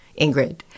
Ingrid